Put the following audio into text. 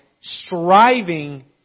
striving